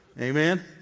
Amen